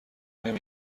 نمی